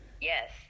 Yes